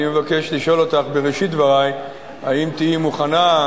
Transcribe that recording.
אני מבקש לשאול אותך בראשית דברי אם תהיי מוכנה,